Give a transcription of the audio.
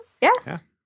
Yes